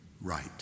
right